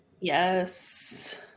Yes